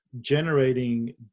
generating